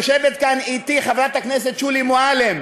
יושבת כאן אתי חברת הכנסת שולי מועלם,